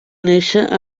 néixer